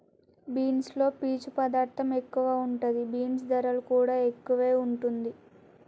beans లో పీచు పదార్ధం ఎక్కువ ఉంటది, బీన్స్ ధరలు కూడా ఎక్కువే వుంటుంది